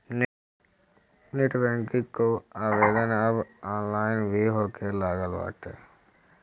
net banking कअ आवेदन अब ऑनलाइन भी होखे लागल बाटे